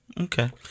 Okay